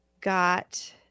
got